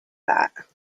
that